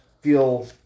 feel